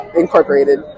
incorporated